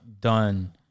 done